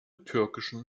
türkischen